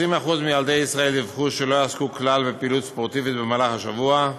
20% מילדי ישראל דיווחו שלא עסקו כלל בפעילות ספורטיבית במהלך השבוע,